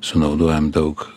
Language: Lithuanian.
sunaudojam daug